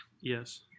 Yes